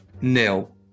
Nil